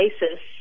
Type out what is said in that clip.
basis